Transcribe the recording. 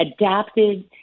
adapted